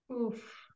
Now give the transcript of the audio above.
Oof